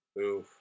Oof